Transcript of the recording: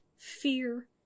fear